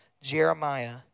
Jeremiah